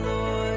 Lord